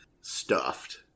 stuffed